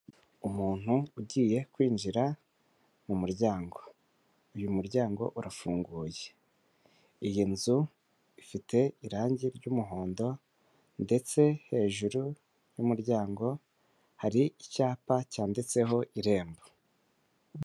Umuntu ugiye kwinjira mu muryango, uyu muryango urafunguye iyi nzu ifite irangi ry'umuhondo ndetse hejuru y'umuryango hari icyapa cyanditseho irembo.